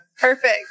perfect